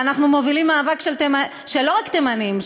ואנחנו מובילים מאבק לא רק של תימנים,